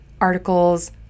articles